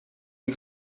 die